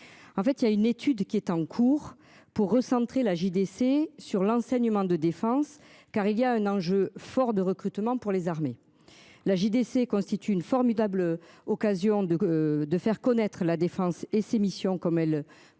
En fait il y a une étude qui est en cours pour recentrer la JDC sur l'enseignement de défense car il y a un enjeu fort de recrutement pour les armées. La JDC constitue une formidable occasion de de faire connaître la défense et ses missions comme elle.